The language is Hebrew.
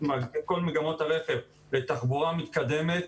מגמות הרכב לתחבורה מתקדמת,